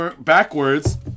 backwards